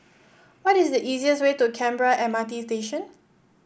what is the easiest way to Canberra M R T Station